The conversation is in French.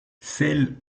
celle